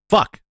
Fuck